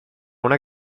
una